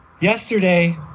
yesterday